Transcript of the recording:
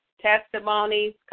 testimonies